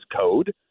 code